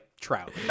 trout